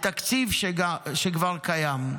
בתקציב שכבר קיים.